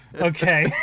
Okay